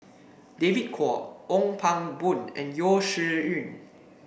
David Kwo Ong Pang Boon and Yeo Shih Yun